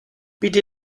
bitte